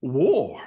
war